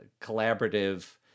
collaborative